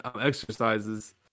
exercises